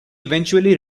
eventually